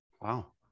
Wow